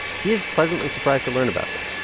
he is pleasantly surprised to learn about them.